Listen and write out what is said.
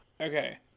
Okay